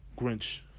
Grinch